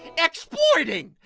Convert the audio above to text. exploiting.